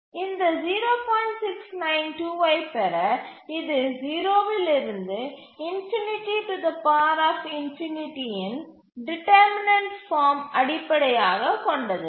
692 ஐப் பெற இது 0 இருந்து இன் டிட்டர்மிநெண்ட் பார்மை அடிப்படையாகக் கொண்டது